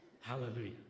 Hallelujah